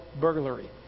burglary